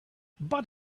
but